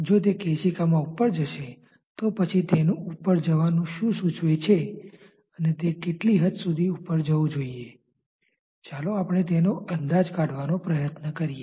જો તે કેશિકા મા ઉપર જશે તો પછી તેનુ ઉપર જવા નુ શું સૂચવે છે અને તે કેટલી હદ સુધી ઉપર જવુ જોઈએ ચાલો આપણે તેનો અંદાજ કાઢાવાનો પ્રયત્ન કરીએ